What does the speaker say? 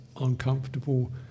uncomfortable